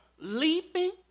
leaping